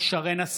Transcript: אינה נוכחת